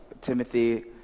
Timothy